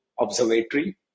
observatory